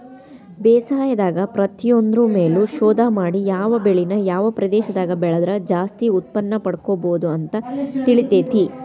ಬೇಸಾಯದಾಗ ಪ್ರತಿಯೊಂದ್ರು ಮೇಲು ಶೋಧ ಮಾಡಿ ಯಾವ ಬೆಳಿನ ಯಾವ ಪ್ರದೇಶದಾಗ ಬೆಳದ್ರ ಜಾಸ್ತಿ ಉತ್ಪನ್ನಪಡ್ಕೋಬೋದು ಅಂತ ತಿಳಿತೇತಿ